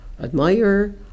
admire